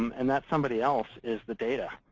and that somebody else is the data.